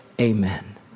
amen